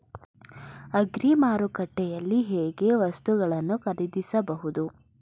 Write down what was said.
Agri ಮಾರುಕಟ್ಟೆಯಲ್ಲಿ ಹೇಗೆ ವಸ್ತುಗಳನ್ನು ಖರೀದಿಸಬಹುದು?